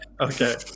okay